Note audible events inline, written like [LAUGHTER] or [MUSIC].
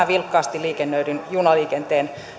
[UNINTELLIGIBLE] vilkkaasti liikennöidyn junaliikenteen